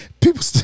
People